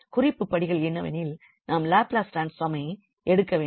குறிப்பு படிகள் என்னவெனில் நாம் லாப்லஸ் ட்ரான்ஸ்பார்ம்மை எடுக்க வேண்டும்